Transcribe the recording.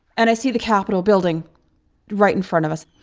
and i see the capitol building right in front of us.